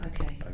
okay